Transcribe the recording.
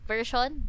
version